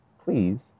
please